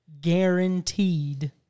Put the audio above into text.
guaranteed